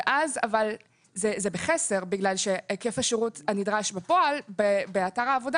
אבל זה בחסר כי היקף השירות הנדרש בפועל באתר העבודה